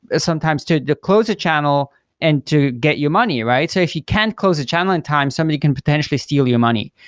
ah sometimes to to close a channel and to get your money, so if you can't close a channel in time, somebody can potentially steal your money.